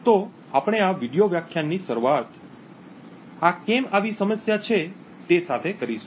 તો આપણે આ વિડિઓ વ્યાખ્યાનની શરૂઆત આ કેમ આવી સમસ્યા છે તે સાથે કરીશું